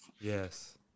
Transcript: Yes